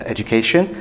Education